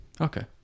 okay